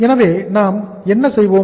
எனவே நாம் என்ன செய்வோம